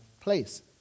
place